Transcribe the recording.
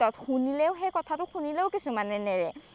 তাত শুনিলেও সেই কথাটো শুনিলেও কিছুমানে নেৰে